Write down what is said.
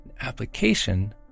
Application